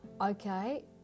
okay